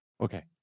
okay